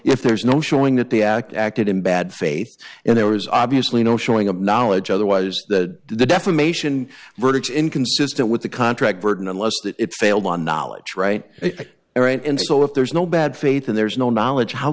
if there's no showing that the act acted in bad faith and there was obviously no showing of knowledge otherwise that the defamation verdicts inconsistent with the contract burden unless it failed on knowledge right all right and so if there's no bad faith and there's no knowledge how